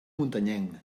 muntanyenc